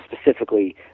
specifically